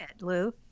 Lou